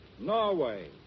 Norway